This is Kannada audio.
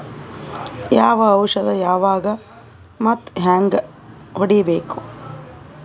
ಯಾವ ಔಷದ ಯಾವಾಗ ಮತ್ ಹ್ಯಾಂಗ್ ಹೊಡಿಬೇಕು?